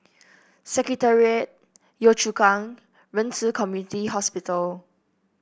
Secretariat Yio Chu Kang Ren Ci Community Hospital